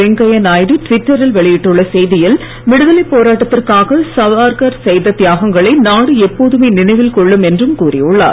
வெங்கைய நாயுடு டுவிட்டரில் வெளியிட்டுள்ள செய்தியில் விடுதலைப் போராட்டத்திற்காக சாவர்கள் செய்த தியாகங்களை நாடு எப்போதுமே நினைவில் கொள்ளும் என்றும் கூறியுள்ளார்